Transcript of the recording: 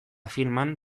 filman